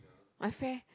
my friend